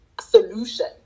solution